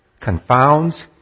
confounds